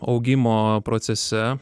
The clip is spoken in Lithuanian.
augimo procese